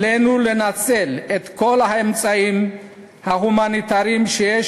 עלינו לנצל את כל האמצעים ההומניטריים שיש